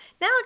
Now